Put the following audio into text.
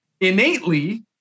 innately